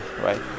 right